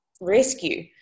rescue